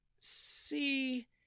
See